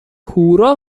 هورا